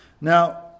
Now